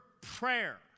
prayer